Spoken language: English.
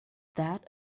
that